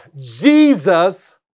Jesus